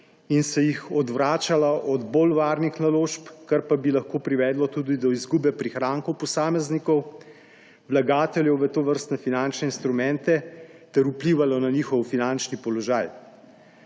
in se jih odvračalo od bolj varnih naložb, kar pa bi lahko privedlo tudi do izgube prihrankov posameznikov vlagateljev v tovrstne finančne instrumente ter vplivalo na njihov finančni položaj.